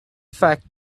fact